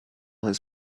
his